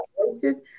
voices